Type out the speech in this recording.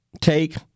take